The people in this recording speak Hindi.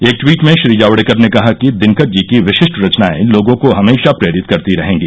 एक ट्वीट में श्री जावड़ेकर ने कहा कि दिनकर जी की विशिष्ट रचनाएं लोगों को हमेशा प्रेरित करती रहेंगी